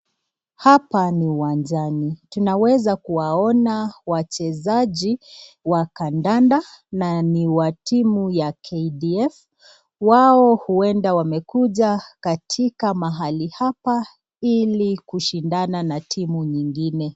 Hapa ni uwanjani, tunaweza kuwaona wachezaji wa kadada na ni wa timu ya KDF. Wao ueda wamekuja katika mahali hapa ili kushindana na timu nyingine.